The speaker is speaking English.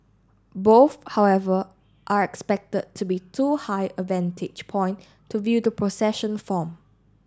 both however are expected to be too high a vantage point to view the procession form